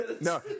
No